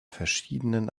verschiedenen